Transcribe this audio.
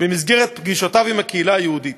במסגרת פגישותיו עם הקהילה היהודית.